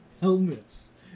helmets